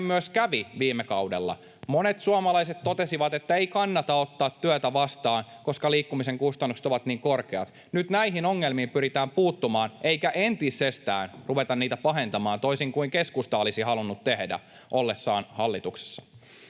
myös kävi viime kaudella: monet suomalaiset totesivat, että ei kannata ottaa työtä vastaan, koska liikkumisen kustannukset ovat niin korkeat. Nyt näihin ongelmiin pyritään puuttumaan eikä entisestään ruveta niitä pahentamaan, toisin kuin keskusta olisi halunnut tehdä ollessaan hallituksessa.